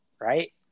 right